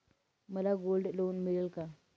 मला gold loan मिळेल का?